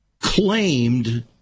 claimed